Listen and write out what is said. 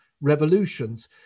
revolutions